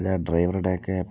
അല്ല ഡ്രൈവർഡേക്കെ